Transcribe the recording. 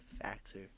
factor